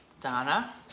Donna